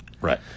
Right